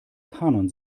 kanon